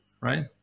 right